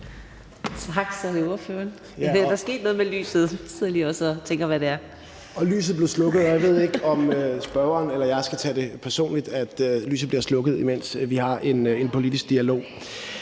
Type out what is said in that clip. Tak. Så er det ordføreren. Der er sket noget med lyset. Jeg sidder også lige og tænker på, hvad det er. Kl. 18:48 Morten Dahlin (V): Lyset blev slukket, og jeg ved ikke, om spørgeren eller jeg skal tage det personligt, at lyset bliver slukket, imens vi har en politisk dialog.